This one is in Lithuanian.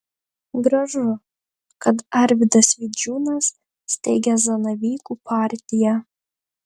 gražu kad arvydas vidžiūnas steigia zanavykų partiją